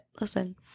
Listen